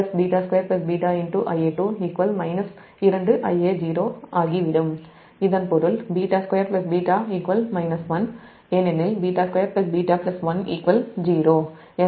இதன் பொருள் β2 β 1 ஏனெனில் β2 β 1 0 என்ற அடையாளத்தைக் கண்டோம்